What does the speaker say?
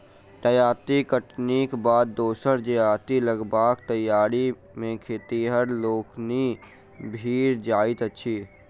जजाति कटनीक बाद दोसर जजाति लगयबाक तैयारी मे खेतिहर लोकनि भिड़ जाइत छथि